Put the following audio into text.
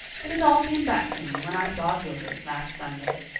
but it all came back to me when i saw gilbert last sunday.